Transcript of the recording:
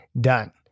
done